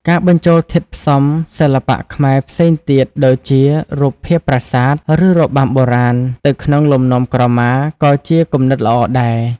ការបញ្ចូលធាតុផ្សំសិល្បៈខ្មែរផ្សេងទៀត ដូចជារូបភាពប្រាសាទ ឬរបាំបុរាណ ទៅក្នុងលំនាំក្រមា ក៏ជាគំនិតល្អដែរ។